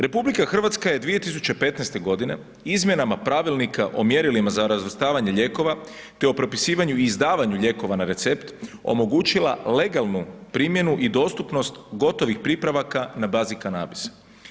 RH je 2015. g. izmjenama Pravilnika o mjerilima za razvrstavanje lijekova te o propisivanju i izdavanju lijekova na recept omogućila legalnu primjenu i dostupnost gotovih pripravaka na bazi kanabisa.